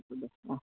হ'ব দে অঁ